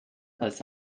als